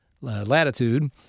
latitude